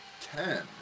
ten